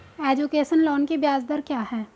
Education loan की ब्याज दर क्या है?